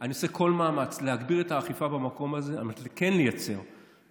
שאני עושה כל מאמץ להגביר את האכיפה במקום הזה על מנת כן לייצר אכיפה,